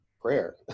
prayer